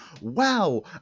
Wow